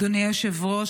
אדוני היושב-ראש,